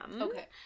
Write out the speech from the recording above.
Okay